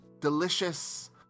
delicious